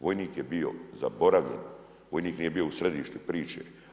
Vojnik je bio zaboravljen, vojnik nije bio u središtu priče.